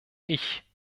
ich